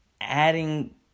adding